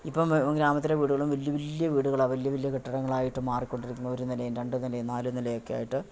ഇപ്പം ഗ്രാമത്തിലെ വീടുകളും വലിയ വലിയ വീടുകളാ വലിയ വലിയ കെട്ടിടങ്ങളായിട്ട് മാറിക്കൊണ്ടിരിക്കുന്നു ഒരു നിലയും രണ്ട് നിലയും നാല് നിലയൊക്കെയായിട്ട്